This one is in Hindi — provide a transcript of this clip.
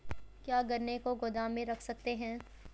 क्या गन्ने को गोदाम में रख सकते हैं?